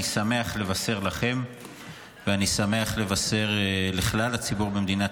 אני שמח לבשר לכם ואני שמח לבשר לכלל הציבור במדינת